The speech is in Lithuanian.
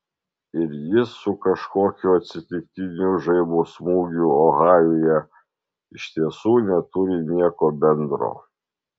ir jis su kažkokiu atsitiktiniu žaibo smūgiu ohajuje iš tiesų neturi nieko bendro